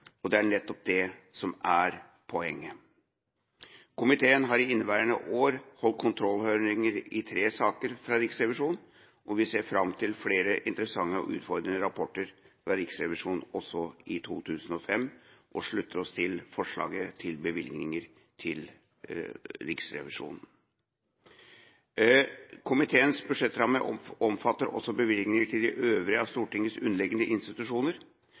og det er nettopp det som er poenget. Komiteen har i inneværende år holdt kontrollhøringer i tre saker fra Riksrevisjonen. Vi ser fram til flere interessante og utfordrende rapporter fra Riksrevisjonen også i 2015, og slutter oss til forslaget til bevilgninger til Riksrevisjonen. Komiteens budsjettramme omfatter også bevilgninger til de øvrige av Stortingets underliggende institusjoner.